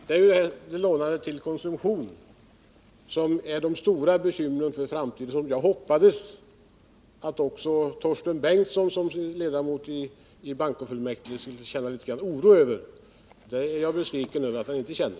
Det är detta lånande till konsumtion som är det stora bekymret för framtiden och som jag hoppades att också Torsten Bengtson, som ju är ledamot av bankofullmäktige, skulle känna oro över. Det är jag besviken över att han inte gör.